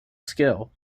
skill